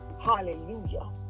Hallelujah